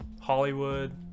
hollywood